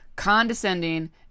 condescending